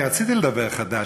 אני רציתי לדבר חלש,